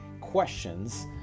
questions